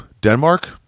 denmark